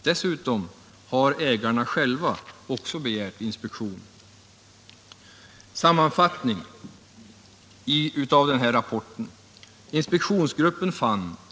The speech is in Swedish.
Dessutom har ägarna själva begärt inspektion.